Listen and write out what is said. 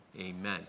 Amen